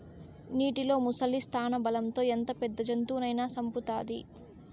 నీటిలో ముసలి స్థానబలం తో ఎంత పెద్ద జంతువునైనా సంపుతాది